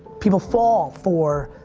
people fall for,